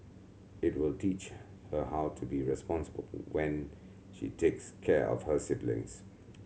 it will teach her how to be responsible when she takes care of her siblings